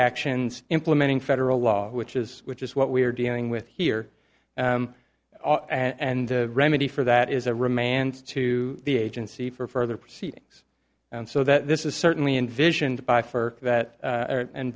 actions implementing federal law which is which is what we're dealing with here and the remedy for that is a remand to the agency for further proceedings and so that this is certainly envisioned by for that